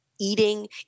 eating